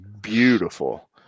beautiful